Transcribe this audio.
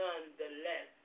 Nonetheless